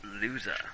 loser